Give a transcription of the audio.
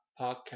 Podcast